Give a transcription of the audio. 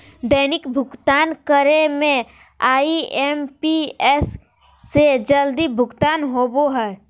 दैनिक भुक्तान करे में आई.एम.पी.एस से जल्दी भुगतान होबो हइ